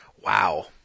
Wow